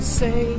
say